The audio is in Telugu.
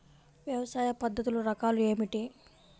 వ్యవసాయ పద్ధతులు రకాలు ఏమిటి?